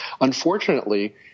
unfortunately